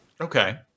Okay